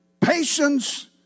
patience